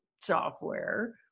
software